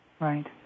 Right